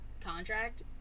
contract